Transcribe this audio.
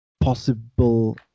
possible